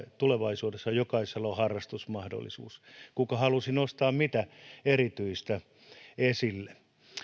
tulevaisuudessa jokaisella on harrastusmahdollisuus kuka halusi nostaa mitä erityistä esille